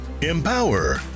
empower